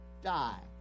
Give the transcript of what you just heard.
die